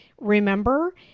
remember